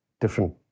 different